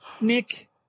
nick